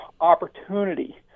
opportunity